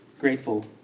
grateful